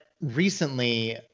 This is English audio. recently